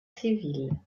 civile